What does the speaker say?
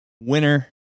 winner